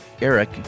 Eric